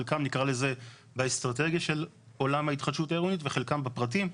חלקם נקרא לזה באסטרטגיה של עולם ההתחדשות העירונית וחלקם בפרטים.